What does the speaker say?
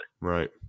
Right